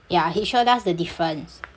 ya he showed us the difference